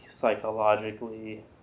psychologically